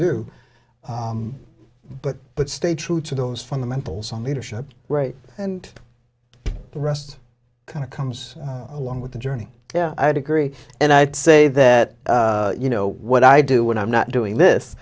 do but but stay true to those fundamentals on leadership right and the rest kind of comes along with the journey yeah i would agree and i would say that you know what i do when i'm not doing this